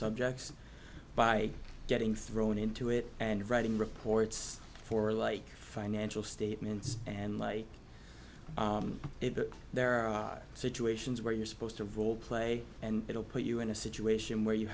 subjects by getting thrown into it and writing reports for like financial statements and like there are situations where you're supposed to play and it'll put you in a situation where you